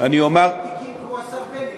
אני אומר, אתה יכול לבוא עם תיקים, כמו השר בנט,